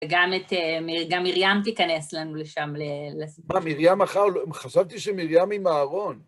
וגם את גם מרים תיכנס לנו לשם. מה, מרים, חשבתי שמרים עם אהרן.